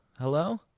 Hello